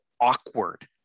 awkward